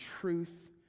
truth